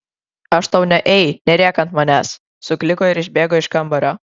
aš tau ne ei nerėk ant manęs sukliko ir išbėgo iš kambario